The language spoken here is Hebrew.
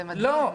זה מדהים.